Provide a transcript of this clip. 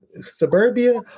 Suburbia